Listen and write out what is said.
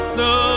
no